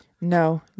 No